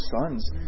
sons